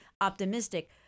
optimistic